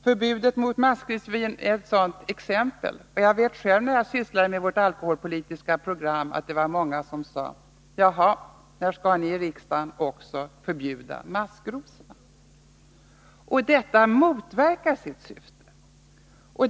Förbudet mot tillverkning av maskrosvin är ett sådant exempel. Jag har själv erfarenhet av det från arbetet med vårt Nr 140 alkoholpolitiska program, då många frågade: Jaha, när skall ni i riksdagen Torsdagen den också förbjuda maskrosorna? 5 maj 1983 Detta motverkar sitt syfte.